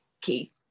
Keith